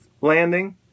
landing